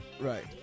Right